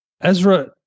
Ezra